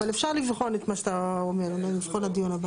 אבל אפשר לבחון את מה שאתה אומר, לבחון בדיון הבא.